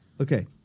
Okay